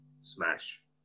Smash